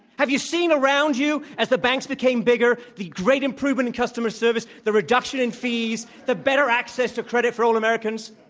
have you seen around you as the banks became bigger the great improvement in customer service the reduction in fees the better access to credit for all americans?